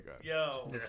Yo